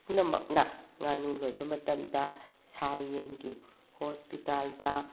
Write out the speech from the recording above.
ꯄꯨꯝꯅꯃꯛꯅ ꯉꯥꯅꯨ ꯂꯣꯏꯕ ꯃꯇꯝꯗ ꯁꯥ ꯌꯦꯟꯒꯤ ꯍꯣꯁꯄꯤꯇꯥꯜꯗ